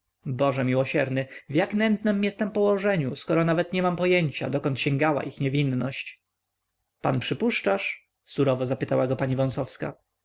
boże miłosierny w jak nędznem jestem położeniu skoro nawet nie mam pojęcia dokąd sięgała ich niewinność pan przypuszczasz surowo zapytała go pani